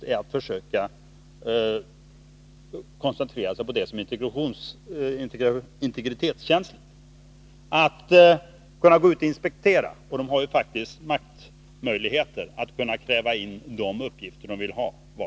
Den är att försöka koncentrera sig på det som hör till integritetsskyddet — att inspektera. Och datainspektionen har faktiskt makt att kräva att få in de uppgifter den vill ha.